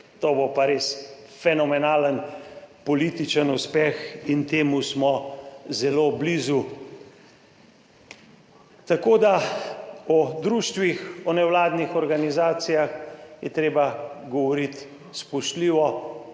to bo pa res fenomenalen političen uspeh in temu smo zelo blizu. Tako da o društvih, o nevladnih organizacijah je treba govoriti spoštljivo